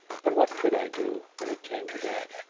but what could i do, when it came to that?